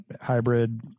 hybrid